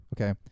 Okay